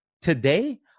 Today